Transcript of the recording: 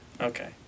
Okay